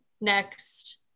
next